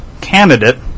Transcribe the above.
candidate